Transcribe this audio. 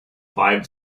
five